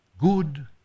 good